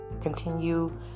Continue